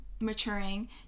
maturing